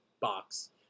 box